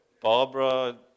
Barbara